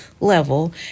level